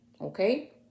Okay